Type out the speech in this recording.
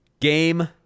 Game